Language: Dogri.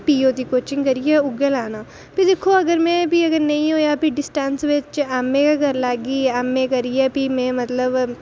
पीओ दी कोचिंग करियै उ'ऐ लैना भी अगर दिक्खो नेईं होआ ते भी डिस्टेंस बिच एमए करी लैगी एमए करियै भी मतलब